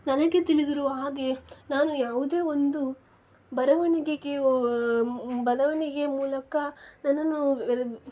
ನನಗೆ ತಿಳಿದಿರುವ ಹಾಗೆ ನಾನು ಯಾವುದೇ ಒಂದು ಬರವಣಿಗೆಗೆ ಬರವಣಿಗೆಯ ಮೂಲಕ ನನ್ನನ್ನು